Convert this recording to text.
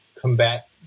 combat